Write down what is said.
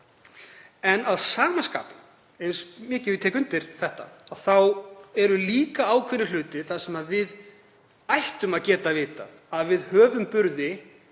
En að sama skapi, eins mikið og ég tek undir það, þá eru líka ákveðnir hlutir þar sem við ættum að geta vitað að við höfum burði